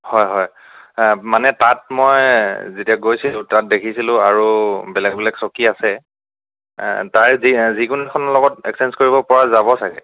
হয় হয় মানে তাত মই যেতিয়া গৈছিলোঁ তাত দেখিছিলোঁ আৰু বেলেগ বেলেগ চকী আছে তাৰে যি যিকোনো এখনৰ লগত একচেঞ্জ কৰিবপৰা যাব চাগৈ